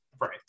Right